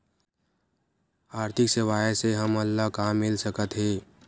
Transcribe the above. आर्थिक सेवाएं से हमन ला का मिल सकत हे?